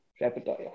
repertoire